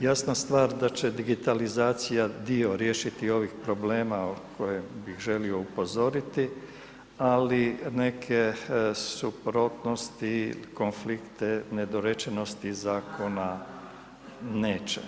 Jasna stvar da će digitalizacija dio riješiti ovih problema o kojem bih želio upozoriti, ali neke suprotnosti, konflikte, nedorečenosti zakona, neće.